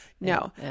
No